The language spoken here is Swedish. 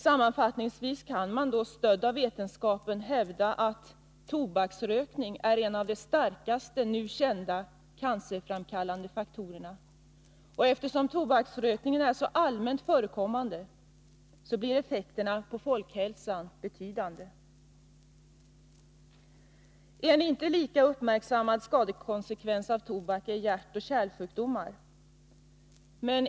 Sammanfattningsvis kan man, stödd av vetenskapen, hävda att tobaksrökning är en av de starkaste nu kända cancerframkallande faktorerna, och eftersom tobaksrökning är så allmänt förekommande blir effekterna på folkhälsan betydande. En inte liten uppmärksammad skadekonsekvens av tobak är hjärtoch kärlsjukdomar.